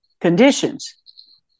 conditions